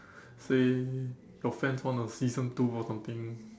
say your friends want a season two or something